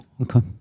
okay